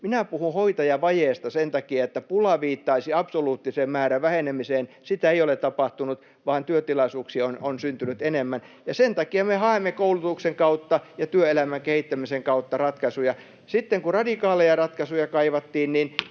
Minä puhun ”hoitajavajeesta” sen takia, että ”pula” viittaisi absoluuttisen määrän vähenemiseen, ja sitä ei ole tapahtunut, vaan työtilaisuuksia on syntynyt enemmän. Sen takia me haemme koulutuksen kautta ja työelämän kehittämisen kautta ratkaisuja. Ja kun radikaaleja ratkaisuja kaivattiin,